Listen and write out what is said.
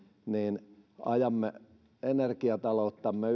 niin ajamme energiatalouttamme